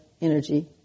energy